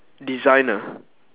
designer